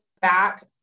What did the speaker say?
back